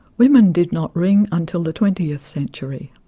women did not ring until the twentieth century.